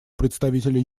представителя